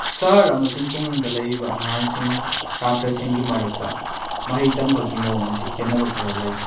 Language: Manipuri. ꯁꯍꯔ ꯑꯃꯁꯨꯡ ꯈꯨꯡꯒꯪꯗ ꯂꯩꯔꯤꯕ ꯑꯉꯥꯡꯁꯤꯡ ꯁꯥꯇ꯭ꯔꯁꯤꯡꯒꯤ ꯃꯔꯛꯇ ꯃꯍꯩ ꯇꯝꯕꯒꯤ ꯃꯑꯣꯡ ꯑꯁꯦ ꯈꯦꯠꯅꯕ ꯈꯔ ꯂꯩ